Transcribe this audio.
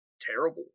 terrible